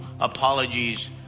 apologies